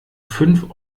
fünf